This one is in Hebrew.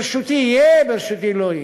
ברשותי יהיה, ברשותי לא יהיה.